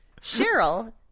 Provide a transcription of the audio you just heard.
Cheryl